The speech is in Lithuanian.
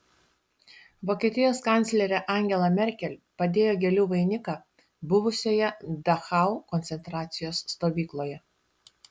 vokietijos kanclerė angela merkel padėjo gėlių vainiką buvusioje dachau koncentracijos stovykloje